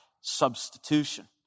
Substitution